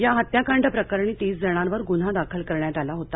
या हत्याकांड प्रकरणी तीस जणांवर ग्न्हा दाखल करण्यात आला होता